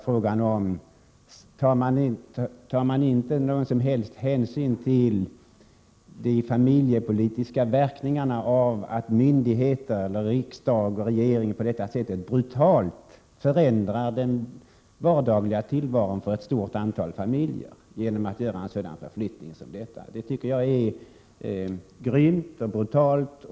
Frågan var: Tar man inte någon som helst hänsyn till de familjepolitiska verkningarna av att riksdagen och regeringen på detta sätt brutalt förändrar den vardagliga tillvaron för ett stort antal familjer genom en förflyttning som denna? Jag tycker det är grymt och brutalt.